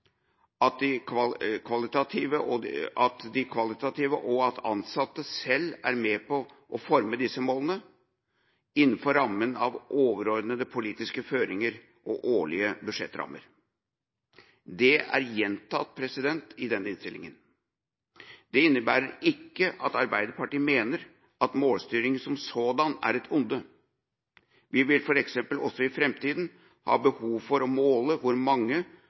at de er kvalitative, og at ansatte selv er med på å forme disse målene, innenfor rammen av overordnede politiske føringer og årlige budsjettrammer». Det er gjentatt i årets innstilling. Det innebærer ikke at Arbeiderpartiet mener at målstyring som sådan er et onde. Vi vil f.eks. også i framtida ha behov for å måle hvor mange